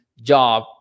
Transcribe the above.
job